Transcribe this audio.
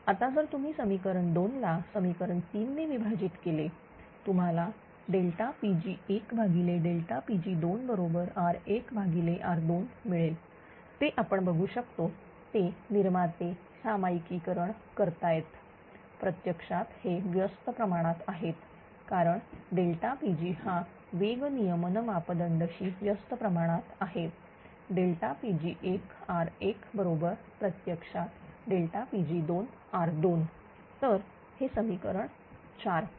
आता जर तुम्ही समीकरण 2 ला समीकरण 3 ने विभाजित केले तुम्हालाPg1Pg2R1R2 मिळेल ते आपण बघू शकतो ते निर्माते सामायिकरण करतायेत प्रत्यक्षात हे व्यस्त प्रमाणात आहेत कारणPgहा वेग नियमन मापदंड शी व्यस्त प्रमाणात आहेPg1R1 बरोबर प्रत्यक्षातPg2R2तर हे समीकरण 4